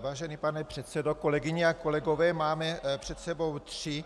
Vážený pane předsedo, kolegyně a kolegové, máme před sebou tři